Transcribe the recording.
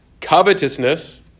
Covetousness